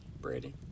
Brady